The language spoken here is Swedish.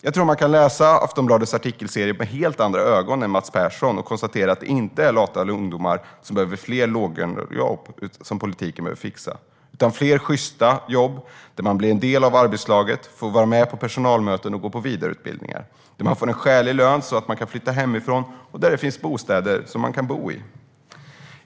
Jag tror att man kan läsa Aftonbladets artikelserie med helt andra ögon än vad Mats Persson gör och konstatera att det inte är fler låglönejobb för lata ungdomar som politiken behöver fixa, utan fler sjysta jobb där man blir en del av arbetslaget, där man får vara med på personalmöten och gå på vidareutbildningar och där man får en skälig lön så att man kan flytta hemifrån. Det behöver finnas bostäder som man kan bo i.